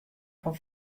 fan